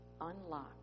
Unlock